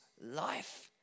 life